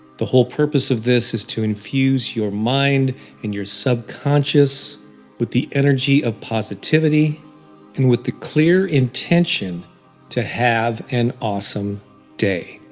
the whole purpose of this is to infuse your mind and your subconscious with the energy of positivity and with the clear intention to have an awesome day.